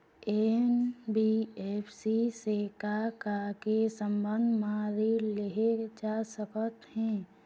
NBFC से का का के संबंध म ऋण लेहे जा सकत हे?